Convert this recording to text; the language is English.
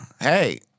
Hey